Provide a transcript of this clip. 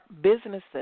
businesses